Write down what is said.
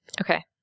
Okay